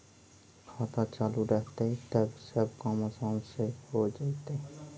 खाता चालु रहतैय तब सब काम आसान से हो जैतैय?